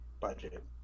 budget